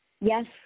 yes